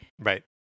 Right